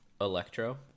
Electro